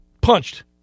punched